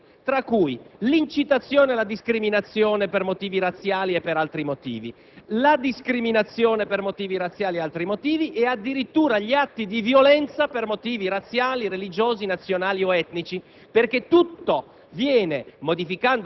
viene cancellata una serie di reati, come l'incitazione alla discriminazione per motivi razziali e per altre ragioni, la discriminazione per motivi razziali e altri motivi e addirittura gli atti di violenza per motivi razziali, religiosi, nazionali o etnici.